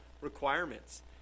requirements